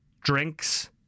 drinks